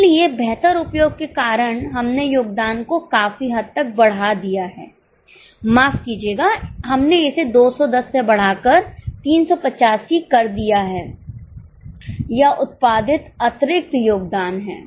इसलिए बेहतर उपयोग के कारण हमने योगदान को काफी हद तक बढ़ा दिया है माफ कीजिएगा हमने इसे 210 से बढ़ाकर 385 कर दिया है यह उत्पादित अतिरिक्त योगदान है